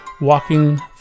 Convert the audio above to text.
walking